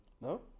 No